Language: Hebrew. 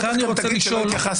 גלעד, אחר כך אתה תגיד שלא התייחסת.